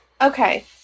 Okay